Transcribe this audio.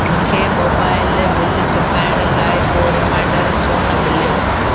मूंखे mobile bill चुकाइण लाइ को रिमाइंडर छो न मिलियो